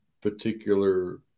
particular